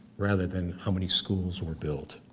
rather than how many schools were built?